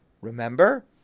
Remember